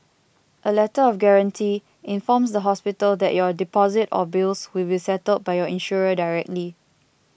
a Letter of Guarantee informs the hospital that your deposit or bills will be settled by your insurer directly